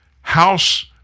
House